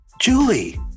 Julie